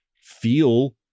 feel